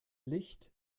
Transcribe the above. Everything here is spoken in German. licht